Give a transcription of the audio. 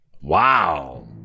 Wow